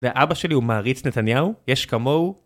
לאבא שלי, הוא מעריץ נתניהו, יש כמוהו